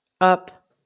up